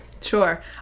sure